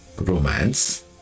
romance